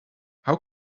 how